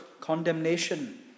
condemnation